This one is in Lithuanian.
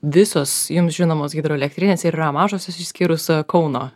visos jums žinomos hidroelektrinės ir yra mažosios išskyrus kauno